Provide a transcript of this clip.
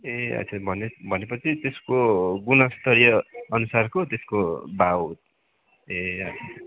ए अच्छा भनी भने पछि त्यसको गुणस्तरीय अनुसारको त्यसको भाउ ए अच्छा